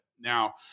Now